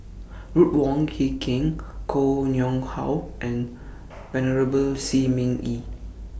Ruth Wong Hie King Koh Nguang How and Venerable Shi Ming Yi